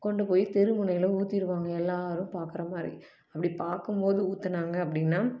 கொண்டு போய் தெருமுனையில் ஊற்றிருவாங்க எல்லாரும் பார்க்குறமாரி அப்படி பார்க்கும்போது ஊற்றுனாங்க அப்படின்னா